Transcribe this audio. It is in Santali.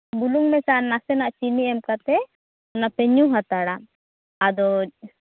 ᱵᱩᱞᱩᱝ ᱢᱮᱥᱟ ᱱᱟᱥᱮᱱᱟᱜ ᱪᱤᱱᱤ ᱮᱢ ᱠᱟᱛᱮᱜ ᱚᱱᱟᱯᱮ ᱧᱩ ᱦᱟᱛᱟᱲᱟ ᱟᱫᱚ